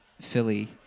Philly